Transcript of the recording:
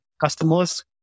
customers